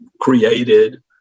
created